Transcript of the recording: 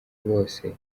bose